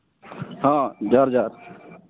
ᱦᱚᱸ ᱡᱚᱦᱟᱨᱼᱡᱚᱦᱟᱨ